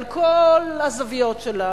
על כל הזוויות שלה,